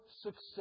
success